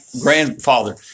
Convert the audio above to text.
grandfather